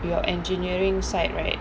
your engineering side right